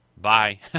Bye